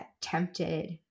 Tempted